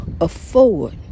afford